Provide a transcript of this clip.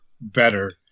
better